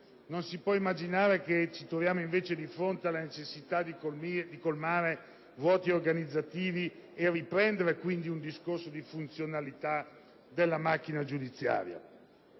si può immaginare che ci troviamo invece di fronte alla necessità di colmare vuoti organizzativi e riprendere quindi un discorso di funzionalità della macchina giudiziaria.